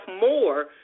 more